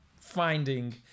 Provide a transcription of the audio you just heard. finding